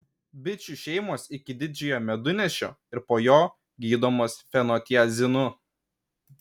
bičių šeimos iki didžiojo medunešio ir po jo gydomos fenotiazinu